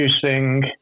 producing